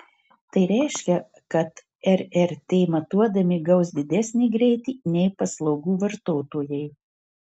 tai reiškia kad rrt matuodami gaus didesnį greitį nei paslaugų vartotojai